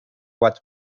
what